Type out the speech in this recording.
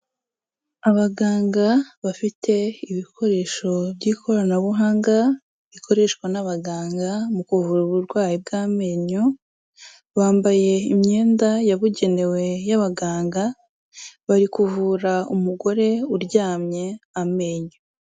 Abaganga bafite ibikoresho by'ikoranabuhanga, bikoreshwa n'abaganga mu kuvura uburwayi bw'amenyo, bambaye imyenda yabugenewe y'abaganga, bari kuvura umugore uryamye amenyo.